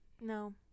No